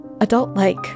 adult-like